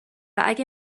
اگه